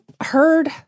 heard